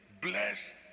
bless